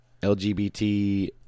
LGBT